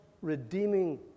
redeeming